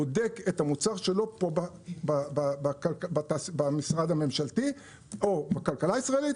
בודק את המוצר שלו כמו במשרד הממשלתי או בכלכלה הישראלית,